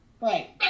Right